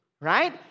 right